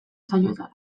saioetara